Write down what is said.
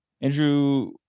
Andrew